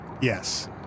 yes